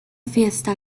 fiesta